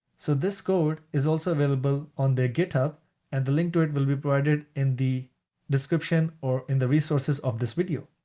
so this code is also available on their github and the link to it will be provided in the description or in the resources of this video.